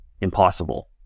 impossible